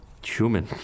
human